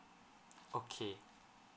okay